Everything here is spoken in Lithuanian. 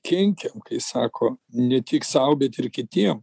kenkiam kai sako ne tik sau bet ir kitiem